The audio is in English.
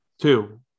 two